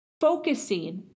focusing